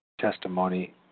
testimony